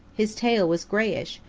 his tail was grayish,